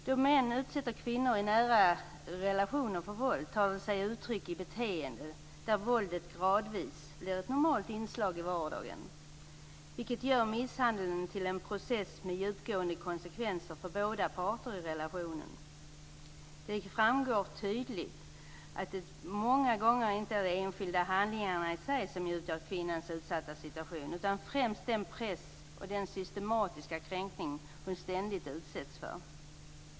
Då män utsätter kvinnor i nära relationer för våld tar det sig uttryck i ett beteende där våldet gradvis blir ett normalt inslag i vardagen. Det gör misshandeln till en process med djupgående konsekvenser för båda parter i relationen. Det framgår tydligt att det många gånger inte är de enskilda handlingarna i sig som utgör kvinnans utsatta situation, utan främst den press och den systematiska kränkning hon ständigt utsätts för.